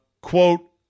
quote